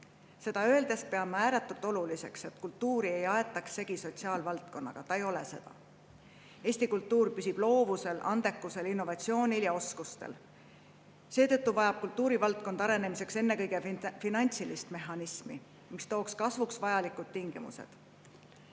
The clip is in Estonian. Seda öeldes pean ma ääretult oluliseks, et kultuuri ei aetaks segi sotsiaalvaldkonnaga. Ta ei ole seda. Eesti kultuur püsib loovusel, andekusel, innovatsioonil ja oskustel. Seetõttu vajab kultuurivaldkond arenemiseks ennekõike finantsilist mehhanismi, mis looks kasvuks vajalikud tingimused.